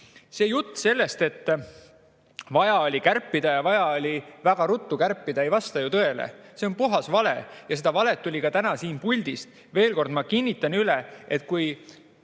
Jutt sellest, et vaja oli kärpida ja vaja oli väga ruttu kärpida, ei vasta ju tõele. See on puhas vale ja seda valet tuli täna ka siin puldist. Veel kord, ma kinnitan üle, et kui